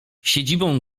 siedzibą